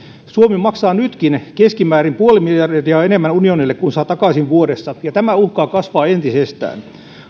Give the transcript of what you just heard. suomi maksaa unionille nytkin vuodessa keskimäärin puoli miljardia enemmän kuin saa takaisin ja tämä uhkaa kasvaa entisestään